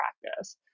practice